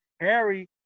Harry